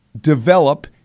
develop